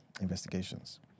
investigations